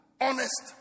honest